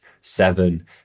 seven